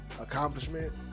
accomplishment